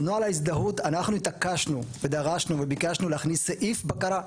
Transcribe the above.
בנוהל ההזדהות אנחנו התעקשנו ודרשנו וביקשנו להכניס סעיף בקרה.